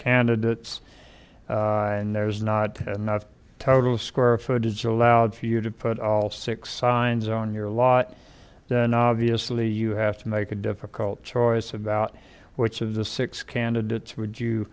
candidates and there's not enough total square footage allowed for you to put all six signs on your lot then obviously you have to make a difficult choice about which of the six candidates would you